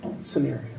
scenario